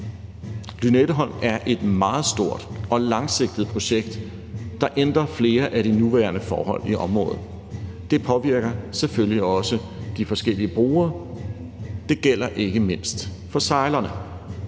Lynetteholm er et meget stort og langsigtet projekt, der ændrer flere af de nuværende forhold i området. Det påvirker selvfølgelig også de forskellige brugere, og det gælder ikke mindst sejlerne.